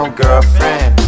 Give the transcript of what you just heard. girlfriend